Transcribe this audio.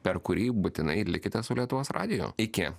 per kurį būtinai ir likite su lietuvos radiju iki